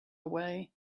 away